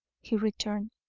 he returned.